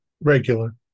Regular